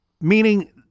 Meaning